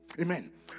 Amen